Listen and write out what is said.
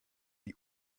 die